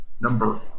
Number